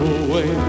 away